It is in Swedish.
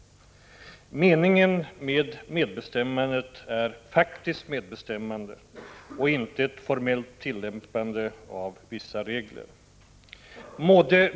Meningen med medbestämmandet är faktiskt medbestämmande och inte ett formellt tillämpande av vissa regler.